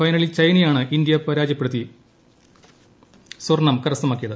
വൈനലിൽ ചൈനയാണ് ഇന്ത്യയെ പരാജയപ്പെടുത്തി സ്വർണം കരസ്ഥമാക്കിയത്